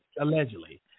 allegedly